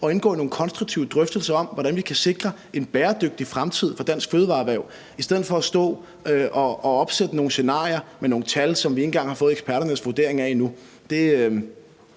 at indgå i nogle konstruktive drøftelser om, hvordan vi kan sikre en bæredygtig fremtid for dansk fødevareerhverv, i stedet for at stå og opsætte nogle scenarier med nogle tal, som vi ikke engang har fået eksperternes vurdering af endnu.